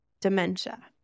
dementia